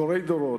מדורי דורות,